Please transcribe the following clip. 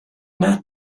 that